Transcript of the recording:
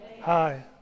Hi